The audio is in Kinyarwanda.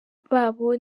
babo